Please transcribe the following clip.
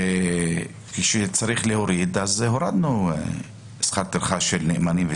4 וכשצריך להוריד, הורדנו שכר טרחה של נאמן.